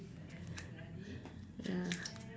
ya